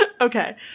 Okay